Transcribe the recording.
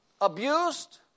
abused